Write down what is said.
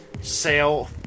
Sale